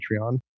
Patreon